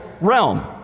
realm